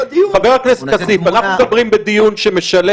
מה עם פניות אחרות שיש?